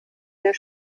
wir